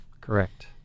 Correct